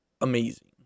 amazing